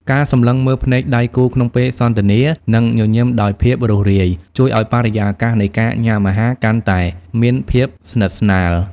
ការសម្លឹងមើលភ្នែកដៃគូក្នុងពេលសន្ទនា និងញញឹមដោយភាពរួសរាយ ជួយឱ្យបរិយាកាសនៃការញ៉ាំអាហារកាន់តែមានភាពស្និទ្ធស្នាល។